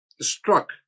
struck